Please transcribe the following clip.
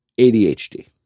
ADHD